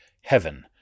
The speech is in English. heaven